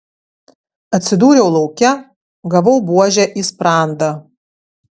atsidūriau lauke gavau buože į sprandą